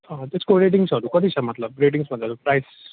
तेसको रेटिङ्सहरू कति छ मतलब रेटिङ्स भन्नाले प्राइस